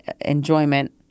enjoyment